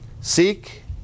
Seek